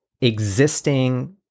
existing